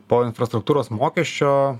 po infrastruktūros mokesčio